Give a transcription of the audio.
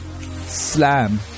slam